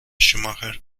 schumacher